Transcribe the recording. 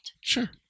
sure